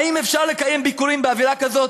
האם אפשר לקיים ביקורים באווירה כזאת?